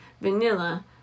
vanilla